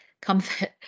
Comfort